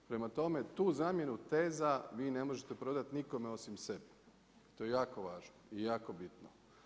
Prema tome, tu zamjenu teza vi ne možete prodati nikome osim sebi to je jako važno i jako bitno.